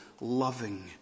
loving